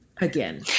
again